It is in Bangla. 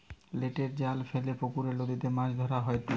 নেটের জাল ফেলে পুকরে, নদীতে মাছ ধরা হয়ঢু